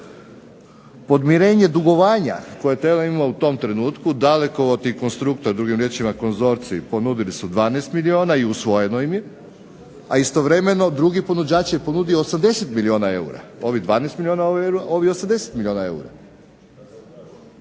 Podmirenje dugovanja koje je TLM imao u tom trenutku Dalekovod i Konstruktor drugim riječima konzorcij ponudili su 12 milijuna i usvojenom im je, a istovremeno drugi ponuđač je ponudio 80 milijuna eura. Ovi 12 milijuna eura, ovi 80 milijuna eura.